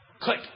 Click